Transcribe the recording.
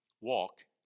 walk